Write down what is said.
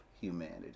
humanity